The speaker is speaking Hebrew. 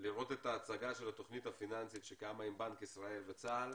לראות את ההצגה של התוכנית הפיננסית שקמה עם בנק ישראל וצה"ל.